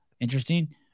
Interesting